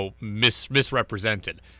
misrepresented